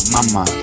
Mama